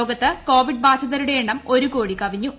ലോകത്ത് കോവിഡ് ബാധിതരുടെ എണ്ണം ഒരു കോടി കവിഞ്ഞു